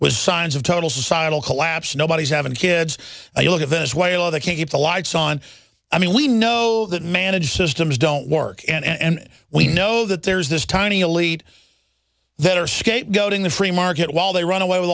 was signs of total societal collapse nobody's having kids you look at venezuela they can't keep the lights on i mean we know that managed systems don't work and we know that there's this tiny elite that are scapegoating the free market while they run away with